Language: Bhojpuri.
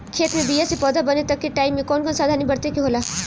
खेत मे बीया से पौधा बने तक के टाइम मे कौन कौन सावधानी बरते के होला?